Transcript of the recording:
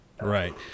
Right